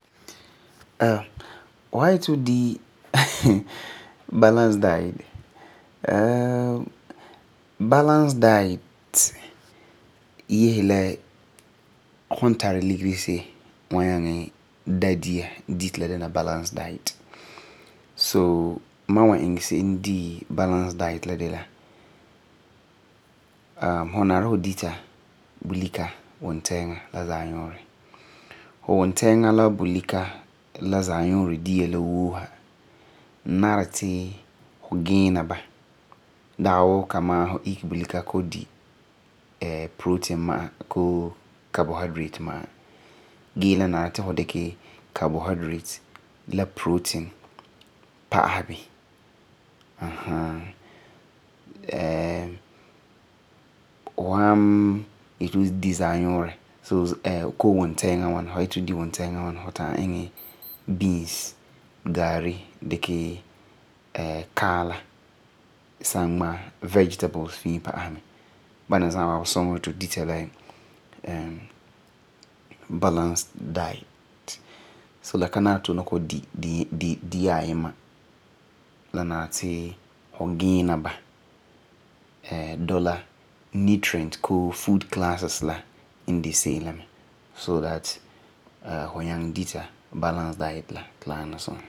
fu san yeti fu di balance diet balance diet yese la fu nari ligeri se'em wa nyaŋɛ di dia ti la dɛna balance diet. So, ma wan iŋɛ se'em di balance diet de la, fu nari fu dita wuntɛɛŋa la bulika la zaanuurɛ. Fu bulika la wuntɛɛŋa la zaanuurɛ dia la woo sa nari fu giina ba, dagi wuu kamaa fu isege bulika kɔ'ɔm di protein ma'a bii carbohydrates ma'a. Fu san yeti fu di wuntɛɛŋa ŋwana, fu ta'am iŋɛ beans, gari dikɛ kaamla san ŋmaa vegetables fii pa'asɛ bini. La nari fu giina ba dɔla nutrients koo food classes la n de se'em so that la fu nyaŋɛ dita balance diet la ti la ana suŋa.